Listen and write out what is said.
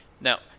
Now